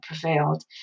prevailed